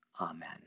Amen